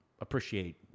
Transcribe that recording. appreciate